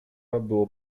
było